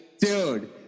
Dude